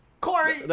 Corey